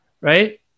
right